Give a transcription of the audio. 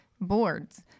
boards